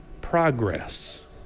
progress